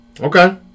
Okay